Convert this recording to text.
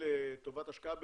לטובת השקעה בבריאות,